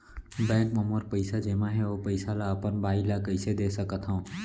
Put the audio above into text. Bank म मोर पइसा जेमा हे, ओ पइसा ला अपन बाई ला कइसे दे सकत हव?